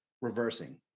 reversing